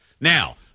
Now